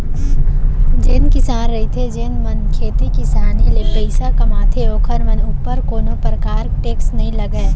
जेन किसान रहिथे जेन मन ह खेती किसानी ले पइसा कमाथे ओखर मन ऊपर कोनो परकार के टेक्स नई लगय